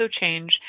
change